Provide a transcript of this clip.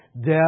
death